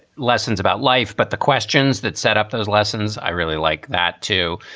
lessons about life. but the questions that set up those lessons, i really like that, too.